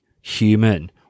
human